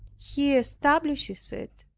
he establishes it.